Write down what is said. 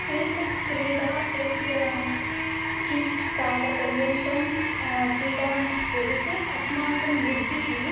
एतत् क्रीडा कि किञ्चित् कालपर्यन्तं क्रीडामश्चेत् अस्माकं बुद्धिः